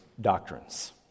doctrines